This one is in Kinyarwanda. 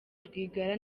rwigara